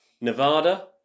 Nevada